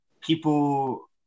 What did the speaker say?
people